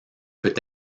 peut